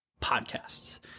podcasts